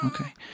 okay